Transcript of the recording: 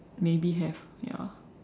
maybe have ya